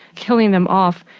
killing them off,